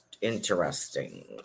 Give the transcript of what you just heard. interesting